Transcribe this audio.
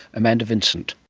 amanda vincent